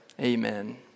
Amen